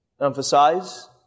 emphasize